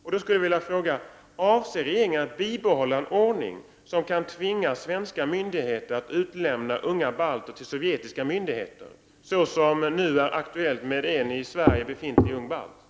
Jag vill då fråga: Avser regeringen att bibehålla en ordning som kan tvinga svenska myndigheter att utlämna unga balter till sovjetiska myndigheter, såsom nu är aktuellt med en ung balt som befinner sig i Sverige?